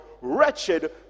wretched